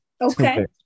Okay